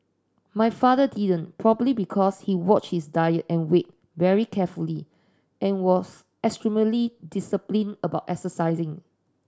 my father didn't probably because he watched his diet and weight very carefully and was extremely disciplined about exercising